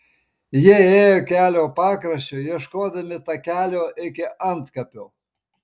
jie ėjo kelio pakraščiu ieškodami takelio iki antkapio